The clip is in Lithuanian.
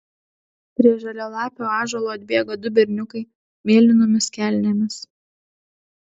prie žalialapio ąžuolo atbėga du berniukai mėlynomis kelnėmis